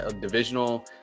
divisional